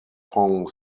tong